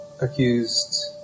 accused